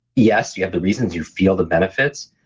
yes, you have the reasons you feel the benefits,